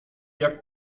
jak